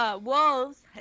wolves